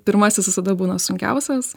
pirmasis visada būna sunkiausias